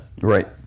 Right